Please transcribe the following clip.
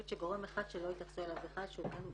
יש גורם אחד שלא התייחסו אליו בכלל וכן